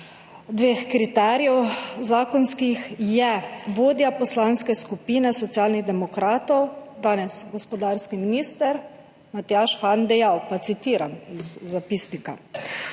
kriterijev, je vodja Poslanske skupine Socialnih demokratov, danes gospodarski minister, Matjaž Han dejal, citiram iz zapisnika: